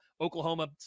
Oklahoma